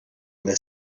their